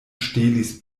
ŝtelis